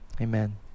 Amen